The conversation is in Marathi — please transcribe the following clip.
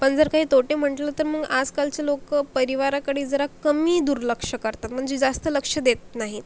पण जर काही तोटे म्हटलं तर मग आजकालचे लोक परिवाराकडे जरा कमी दुर्लक्ष करतात म्हणजे जास्त लक्ष देत नाहीत